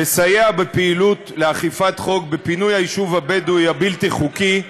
לסייע בפעילות לאכיפת חוק בפינוי היישוב הבדואי הבלתי-חוקי,